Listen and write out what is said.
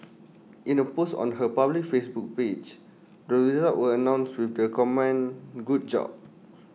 in A post on her public Facebook page the results were announced with the comment good job